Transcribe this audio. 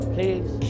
Please